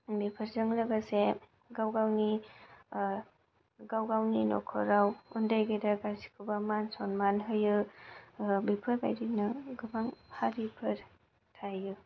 बेफोरजों लोगोसे गावगावनि गावगावनि न'खराव उन्दै गेदेर गासैखौबो मान सनमान होयो बेफोरबायदिनो गोबां हारिफोर थायो